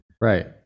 Right